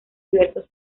diversos